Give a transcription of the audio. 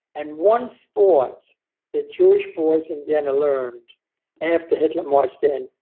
and one sport that jewish boys in vienna learned after hitler marched in,